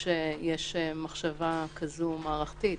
יש מחשבה מערכתית כזאת,